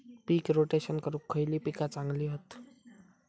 पीक rotation करूक खयली पीका चांगली हत?